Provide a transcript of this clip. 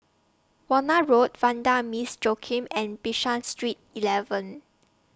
Warna Road Vanda Miss Joaquim and Bishan Street eleven